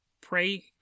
pray